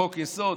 חוק-יסוד.